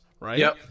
Right